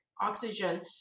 oxygen